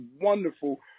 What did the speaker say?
wonderful